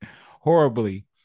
horribly